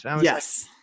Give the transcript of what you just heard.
Yes